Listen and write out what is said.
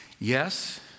Yes